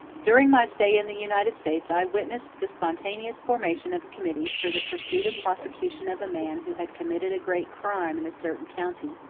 during my stay in the united states i witnessed the spontaneous formation of committees for the pursuit and prosecution of a man who had committed a great crime in a certain county.